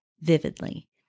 vividly